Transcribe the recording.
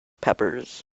peppers